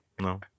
No